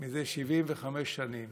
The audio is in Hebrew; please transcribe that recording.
זה 75 שנים